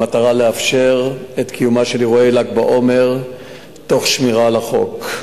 במטרה לאפשר את קיומם של אירועי ל"ג בעומר תוך שמירה על החוק,